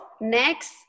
next